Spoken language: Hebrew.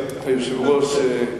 היושב-ראש,